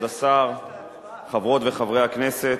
חוק ומשפט.